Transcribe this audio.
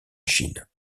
chine